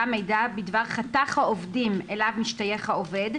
מידע בדבר חתך העובדים אליו משתייך העובד,